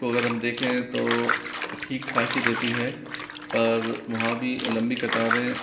को अगर हम देखें तो ठीक ठाक ही रहती है पर वहाँ भी लंबी कतारें